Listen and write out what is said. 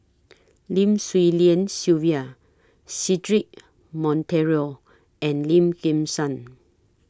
Lim Swee Lian Sylvia Cedric Monteiro and Lim Kim San